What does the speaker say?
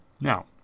Now